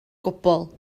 gwbl